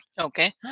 Okay